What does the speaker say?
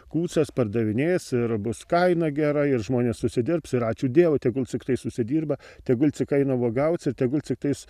kūcias pardavinės ir bus kaina gera ir žmonės užsidirbs ir ačiū dievui tegul cik tais užsidirba tegul cik eina uogaut ir tegul cik tais